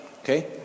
okay